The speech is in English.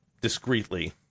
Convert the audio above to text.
discreetly